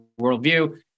worldview